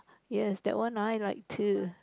yes that one I like too